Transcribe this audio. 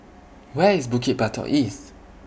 Where IS Bukit Batok East